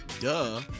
duh